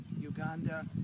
Uganda